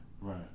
right